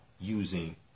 using